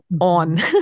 on